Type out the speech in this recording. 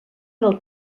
del